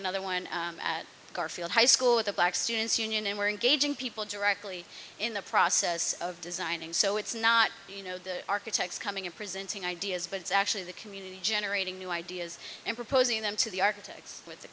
another one at garfield high school with a black students union and we're engaging people directly in the process of designing so it's not you know the architects coming in presenting ideas but actually in the community generating new ideas and proposing them to the architects it